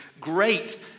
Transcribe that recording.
great